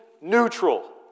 neutral